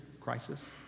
Crisis